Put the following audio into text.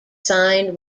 signed